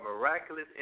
miraculous